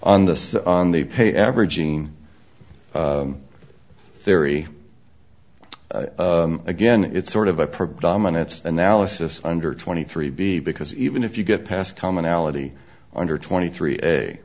on the on the pay averaging theory again it's sort of a predominate analysis under twenty three b because even if you get past commonality under twenty three